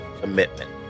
commitment